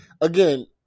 again